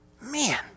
Man